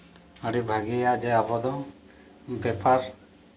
ᱟᱹᱰᱤ ᱵᱷᱟᱹᱜᱤᱭᱟ ᱡᱮ ᱟᱵᱚ ᱫᱚ ᱵᱮᱯᱟᱨ